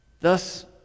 Thus